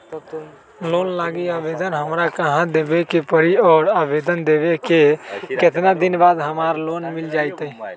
Loan लागी आवेदन हमरा कहां देवे के पड़ी और आवेदन देवे के केतना दिन बाद हमरा लोन मिल जतई?